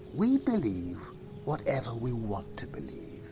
we believe whatever we want to believe,